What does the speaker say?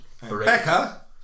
Becca